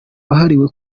wahariwe